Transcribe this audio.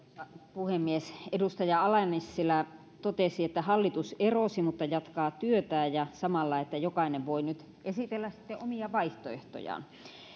puhemies edustaja ala nissilä totesi että hallitus erosi mutta jatkaa työtään ja samalla että jokainen voi nyt esitellä sitten omia vaihtoehtojaan